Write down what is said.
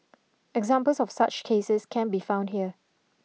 examples of such cases can be found here